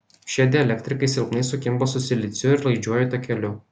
šie dielektrikai silpnai sukimba su siliciu ir laidžiuoju takeliu